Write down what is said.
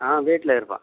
ஆ வீட்டில் இருப்பேன்